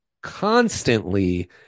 constantly